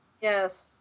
Yes